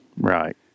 right